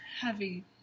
heavy